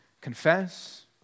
Confess